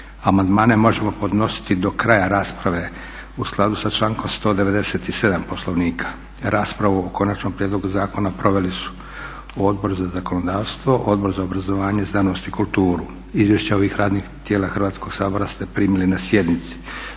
Amandmane možemo podnositi do kraja rasprave u skladu sa člankom 197. Poslovnika. Raspravu o konačnom prijedlogu zakona proveli su Odbor za zakonodavstvo, Odbor za obrazovanje znanost i kulturu. Izvješća ovih radnih tijela Hrvatskog sabora ste primili na sjednici.